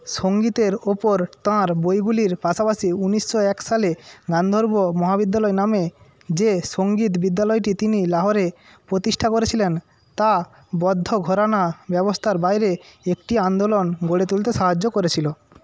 সঙ্গীতের উপর তাঁর বইগুলির পাশাপাশি উনিশশো এক সালে গান্ধর্ব মহাবিদ্যালয় নামে যে সঙ্গীত বিদ্যালয়টি তিনি লাহোরে প্রতিষ্ঠা করেছিলেন তা বদ্ধ ঘরানা ব্যবস্থার বাইরে একটি আন্দোলন গড়ে তুলতে সাহায্য করেছিল